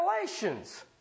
Revelations